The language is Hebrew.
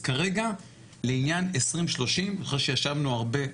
כרגע לעניין 2030, אחרי שישבנו הרבה,